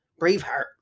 Braveheart